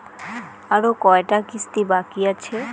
আরো কয়টা কিস্তি বাকি আছে?